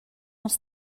els